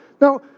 Now